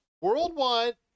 worldwide